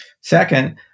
Second